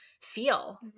feel